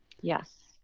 yes